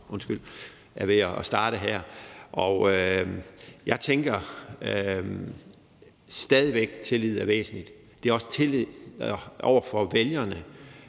medlem er ved at starte her. Jeg tænker stadig væk, at tillid er væsentligt. Det er også tillid over for vælgerne,